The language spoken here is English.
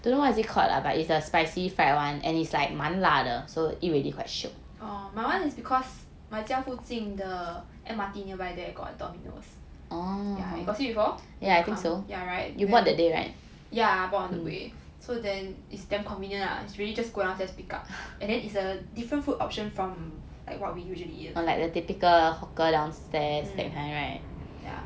oh my [one] is because my 家附近的 M_R_T nearby there got Dominoes yeah you got see before yeah right yeah I bought on the way so then it's damn convenient lah it's really just go downstairs pick up and then it's a different food option from like what we usually eat mm yeah